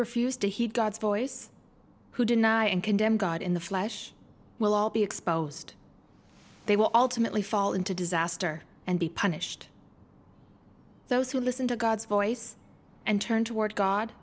refused to heed god's voice who deny and condemn god in the flesh will all be exposed they were all timidly fall into disaster and be punished those who listen to god's voice and turn toward god